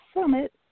Summit